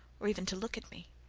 or even to look at me.